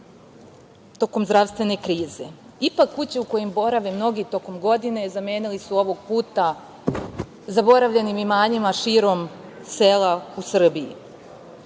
tokom zdravstvene krize. Ipak, kuća u koju borave mnogi tokom godine, zamenili su ovog puta zaboravljenim imanjima širom sela u Srbiji.